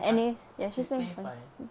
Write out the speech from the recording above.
!huh! she's paying fine